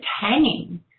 hanging